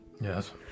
Yes